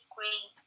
Green